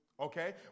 Okay